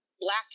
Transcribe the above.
black